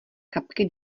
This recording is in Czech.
kapky